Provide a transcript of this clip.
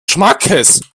schmackes